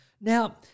Now